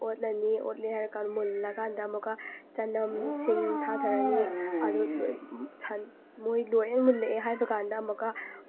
ꯑꯣꯠꯂꯅꯤ ꯑꯣꯠꯂꯦ ꯍꯥꯏꯔ ꯀꯥꯟ ꯃꯨꯜꯂꯀꯥꯟꯗ ꯑꯃꯨꯛꯀ ꯆꯅꯝ ꯁꯤꯡ ꯊꯥꯊꯔꯅꯤ ꯑꯗꯨ ꯂꯣꯏꯝ ꯁꯟ ꯃꯣꯏ ꯂꯣꯏꯅ ꯃꯨꯜꯂꯛꯑꯦ ꯍꯥꯏꯕ ꯀꯥꯟꯗ ꯑꯃꯨꯛꯀ